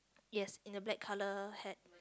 yes in the black colour hat